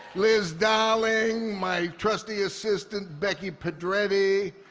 liz dowling, my trusty assistant, becky pedretti.